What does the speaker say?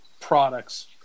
products